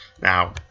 Now